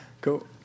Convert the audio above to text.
Cool